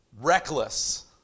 reckless